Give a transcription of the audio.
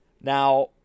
Now